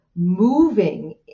moving